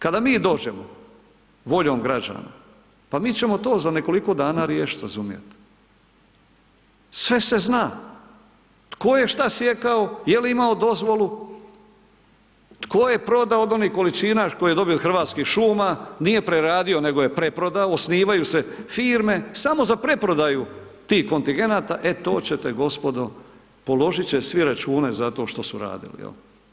Kada mi dođemo voljom građana, pa mi ćemo to za nekoliko dana riješiti razumijete, sve se zna, tko je šta sjekao, jel' imao dozvolu, tko je prodao od onih količina koje je dobio od Hrvatskih šuma, nije preradio nego je preprodao, osnivaju se firme samo za preprodaju tih kontigeneta, e to će te gospodo, položit će svi račune za to što su radili, jel'